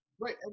right